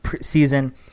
season